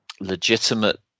legitimate –